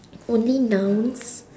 only nouns